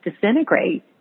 disintegrate